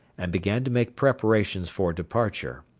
and began to make preparations for departure.